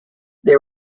they